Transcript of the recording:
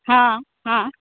हँ हँ